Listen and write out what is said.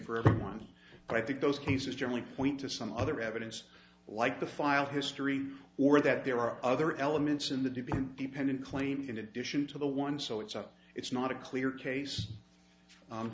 for everyone but i think those cases generally point to some other evidence like the filed history or that there are other elements in the debian dependent claim in addition to the one so it's up it's not a clear case